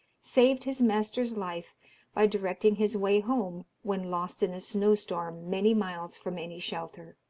saved his master's life by directing his way home when lost in a snow-storm many miles from any shelter.